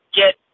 get